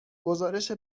گزارش